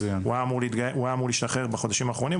הוא היה אמור להשתחרר בחודשים האחרונים,